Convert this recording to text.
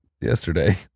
yesterday